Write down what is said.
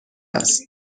است